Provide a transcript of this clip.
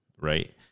Right